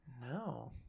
No